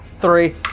Three